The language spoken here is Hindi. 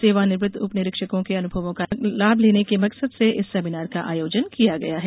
सेवानिवृत उप निरीक्षकों के अनुभवों का लाभ लेने के मकसद से इस सेमीनार का आयोजन किया गया है